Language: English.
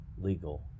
legal